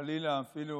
וחלילה אפילו